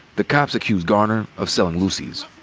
the cops accused garner of selling loosies,